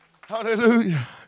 Hallelujah